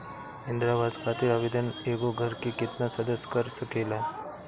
इंदिरा आवास खातिर आवेदन एगो घर के केतना सदस्य कर सकेला?